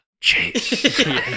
Chase